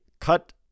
cut